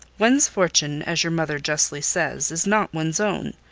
one's fortune, as your mother justly says, is not one's own.